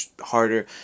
harder